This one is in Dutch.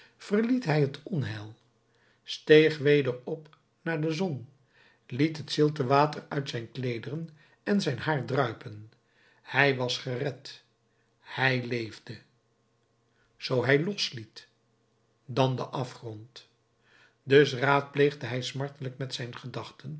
verliet hij het onheil steeg weder op naar de zon liet het zilte water uit zijn kleederen en zijn haar druipen hij was gered hij leefde zoo hij losliet dan de afgrond dus raadpleegde hij smartelijk met zijn gedachte